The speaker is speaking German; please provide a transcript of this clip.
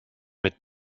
mit